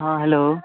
हाँ हेलो